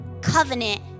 covenant